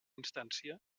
instància